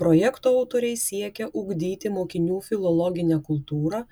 projekto autoriai siekia ugdyti mokinių filologinę kultūrą